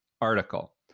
article